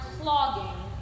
clogging